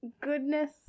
goodness